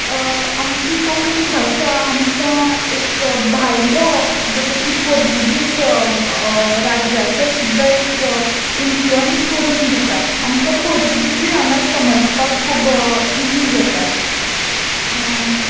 आमची कोंकणी भाशा आमकां एक भायलो जसो की पोर्तुगीज राज्याचो सुद्दां एक इनफ्लुयंस करून दिता आमकां पोर्तुगीजूय हांगा समजपाक खूब इजी जाता